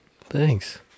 Thanks